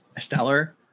stellar